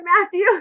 Matthew